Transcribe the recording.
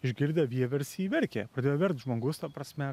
išgirdę vieversį verkė pradėjo verkt žmogus ta prasme